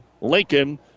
Lincoln